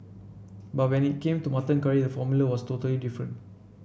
but when it came to mutton curry the formula was totally different